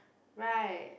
right